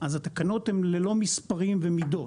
אז התקנות הן ללא מספרים ומידות